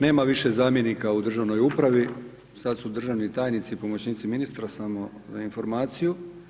Nema više zamjenika u državnoj upravi, sad su državni tajnici i pomoćnici ministra, samo za informaciju.